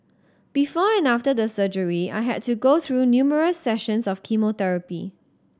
before and after the surgery I had to go through numerous sessions of chemotherapy